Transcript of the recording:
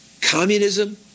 communism